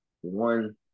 one